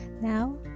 Now